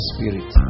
Spirit